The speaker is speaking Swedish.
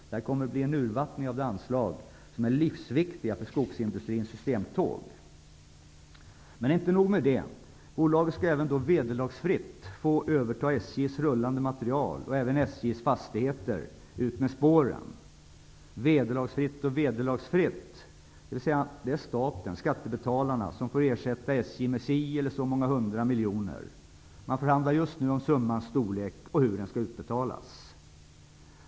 Det kommer att bli en urvattning av de anslag som är livsviktiga för skogsindustrins systemtåg. Men det är inte nog med det. Bolaget skall även vederlagsfritt få överta SJ:s rullande materiel och även SJ:s fastigheter utmed spåren. Vederlagsfritt och vederlagsfritt. Det är staten, skattebetalarna, som får ersätta SJ med si eller så många hundra miljoner. Man förhandlar just nu om summans storlek och om hur den skall utbetalas.